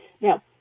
Now